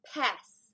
pass